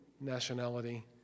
nationality